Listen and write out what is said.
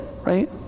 Right